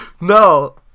no